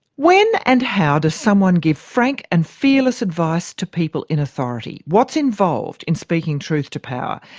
when and how does someone give frank and fearless advice to people in authority? what's involved in speaking truth to power?